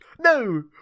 No